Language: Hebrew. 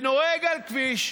והוא נוהג על כביש,